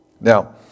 Now